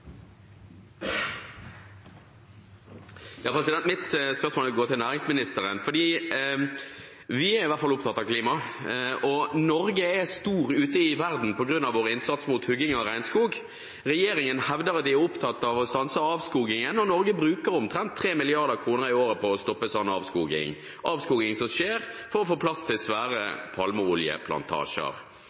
Mitt spørsmål går til næringsministeren. Vi er i hvert fall opptatt av klima, og Norge er stor ute i verden på grunn av vår innsats mot hugging av regnskog. Regjeringen hevder de er opptatt av å stanse avskogingen, og Norge bruker omtrent 3 mrd. kr i året på å stoppe slik avskoging, avskoging som skjer for å få plass til svære palmeoljeplantasjer.